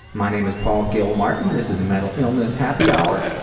my name is paul gilmartin. this is the mental illness happy hour,